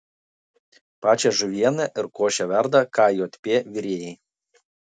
pačią žuvienę ir košę verda kjp virėjai